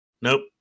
nope